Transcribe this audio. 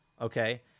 Okay